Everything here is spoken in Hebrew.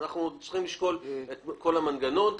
אנחנו צריכים לשקול את כל המנגנון.